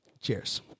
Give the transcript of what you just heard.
Cheers